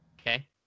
Okay